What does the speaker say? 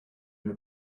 have